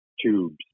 tubes